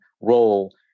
role